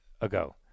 ago